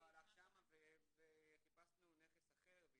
לא הלך שם וחיפשנו נכס אחר.